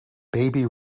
baby